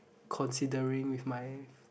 considering with my